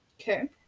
Okay